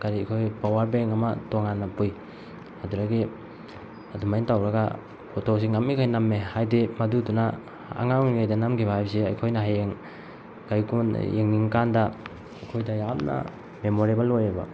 ꯀꯔꯤ ꯑꯩꯈꯣꯏ power bank ꯑꯃ ꯇꯣꯉꯥꯟꯅ ꯄꯨꯏ ꯑꯗꯨꯗꯒꯤ ꯑꯗꯨꯃꯥꯏꯅ ꯇꯧꯔꯒ ꯐꯣꯇꯣꯁꯤ ꯉꯝꯃꯤꯈꯩ ꯅꯝꯃꯦ ꯍꯥꯏꯗꯤ ꯃꯗꯨꯗꯨꯅ ꯑꯉꯥꯡ ꯑꯣꯏꯔꯤꯉꯩꯗ ꯅꯝꯈꯤꯕ ꯍꯥꯏꯕꯁꯤ ꯑꯩꯈꯣꯏꯅ ꯍꯌꯦꯡ ꯌꯦꯡꯅꯤꯡꯉ ꯀꯥꯟꯗ ꯑꯩꯈꯣꯏꯗ ꯌꯥꯝꯅ ꯃꯦꯃꯣꯔꯦꯕꯜ ꯑꯣꯏꯌꯦꯕ